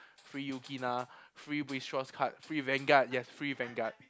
free Yukina free card free Vanguard yes free Vanguard